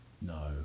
No